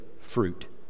fruit